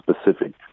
specific